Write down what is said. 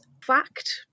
fact